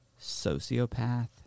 sociopath